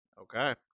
okay